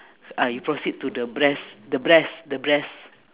ah you proceed to the breast the breast the breast